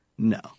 No